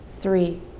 Three